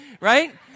right